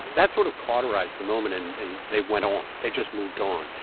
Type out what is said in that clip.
that sort of cauterized the moment, and and they went on. they just moved on.